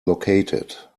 located